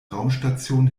raumstation